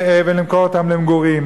ולמכור אותם למגורים?